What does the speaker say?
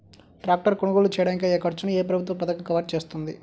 Tractor కొనుగోలు చేయడానికి అయ్యే ఖర్చును ఏ ప్రభుత్వ పథకం కవర్ చేస్తుంది?